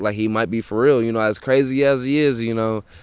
like he might be for real, you know, as crazy as he is you know,